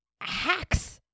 Hacks